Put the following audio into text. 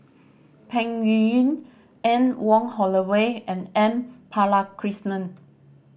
Peng Yuyun Anne Wong Holloway and M Balakrishnan